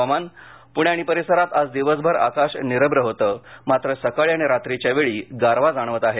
हवामान पुणे आणि परिसरात आज दिवसभर आकाश निरभ्र होतं मात्र सकाळी आणि रात्रीच्या वेळेत गारवा जाणवत आहे